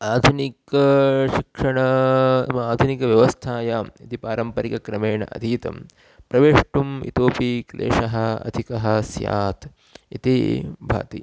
आधुनिक शिक्षणम् आधुनिकव्यवस्थायाम् इति पारम्परिकक्रमेण अधीतं प्रवेष्टुम् इतोऽपि क्लेशः अधिकः स्यात् इति भाति